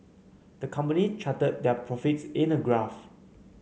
the company charted their profits in a graph